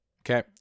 Okay